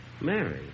Mary